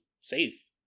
safe